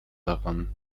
daran